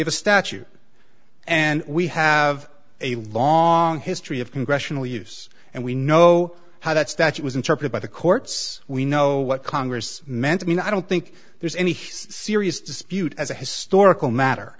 have a statute and we have a long history of congressional use and we know how that statute was interpreted by the courts we know what congress meant i mean i don't think there's any serious dispute as a historical matter